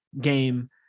game